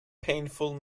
painful